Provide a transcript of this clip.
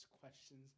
questions